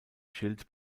schild